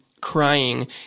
crying